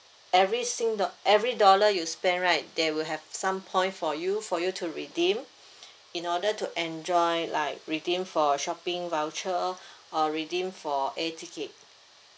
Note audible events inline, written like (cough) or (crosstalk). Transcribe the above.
every sing do~ every dollar you spend right they will have some point for you for you to redeem (breath) in order to enjoy like redeem for shopping voucher (breath) uh redeem for air ticket